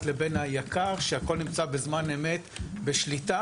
לבין היק"ר שהכול נמצא בזמן אמת בשליטה.